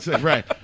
Right